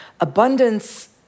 abundance